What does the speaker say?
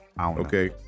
Okay